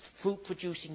fruit-producing